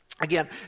Again